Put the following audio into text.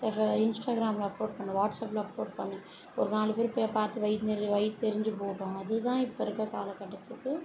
இன்ஸ்டாக்ராம்ல upload பண்ணு வாட்ஸ்அப்ல upload பண்ணு ஒரு நாலு பேர் போய் பார்த்து வைநெறி வயித்தெரிஞ்சு போகட்டும் அது தான் இப்போ இருக்க காலகட்டத்துக்கு